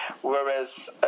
Whereas